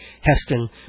Heston